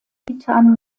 titan